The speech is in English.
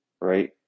Right